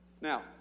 Now